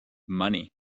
money